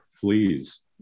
fleas